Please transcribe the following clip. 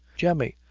jemmy,